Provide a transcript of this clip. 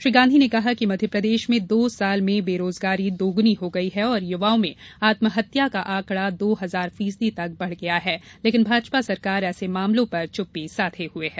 श्री गांधी ने कहा कि मध्यप्रदेश में दो साल में बेराजगारी दोगुनी हो गई है और युवाओं में आत्महत्या का आंकड़ा दो हजार फीसदी तक बढ़ गया है लेकिन भाजपा सरकार ऐसे मामलों पर चुप्पी साधे हुए है